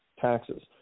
taxes